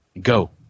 Go